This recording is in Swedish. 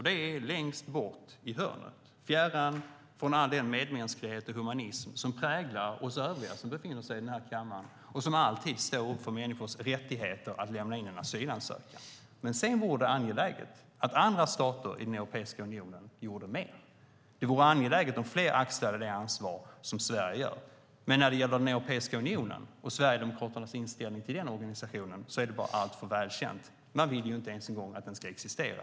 Det är längst bort i hörnet, fjärran från all den medmänsklighet och humanism som präglar övriga i den här kammaren, de som alltid står upp för människors rättighet att lämna in en asylansökan. Sedan vore det angeläget att andra stater i Europeiska unionen gjorde mer. Det vore angeläget att fler axlade det ansvar som Sverige axlar. Men när det gäller Europeiska unionen och Sverigedemokraternas inställning till den organisationen är den bara alltför väl känd. De vill inte ens att den ska existera.